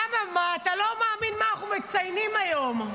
אממה, אתה לא מאמין מה אנחנו מציינים היום.